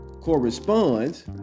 corresponds